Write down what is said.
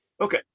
Okay